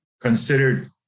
considered